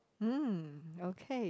mm okay